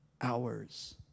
hours